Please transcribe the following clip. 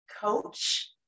coach